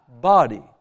body